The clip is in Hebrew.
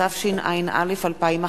התשע"א 2011,